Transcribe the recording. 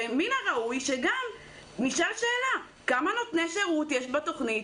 מן הראוי שגם נשאל שאלה: כמה נותני שירות יש בתכנית?